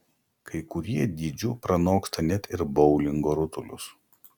kai kurie dydžiu pranoksta net ir boulingo rutulius